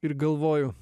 ir galvoju